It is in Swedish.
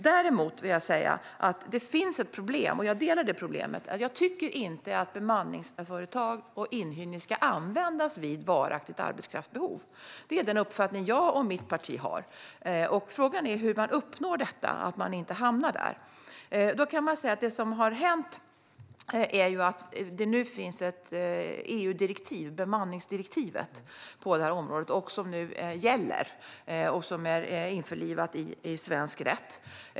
Däremot vill jag säga att det finns ett problem, och det är att jag inte tycker att bemanningsföretag och inhyrning ska användas vid varaktigt arbetskraftsbehov. Det är den uppfattning jag och mitt parti har. Frågan är hur man ser till att inte hamna där. Det som har hänt är att det finns ett EU-direktiv, bemanningsdirektivet, på det här området som nu gäller och som är införlivat i svensk rätt.